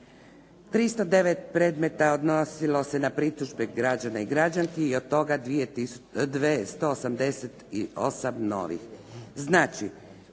309 predmeta odnosilo se na pritužbe građana i građanki i od toga 288 novih.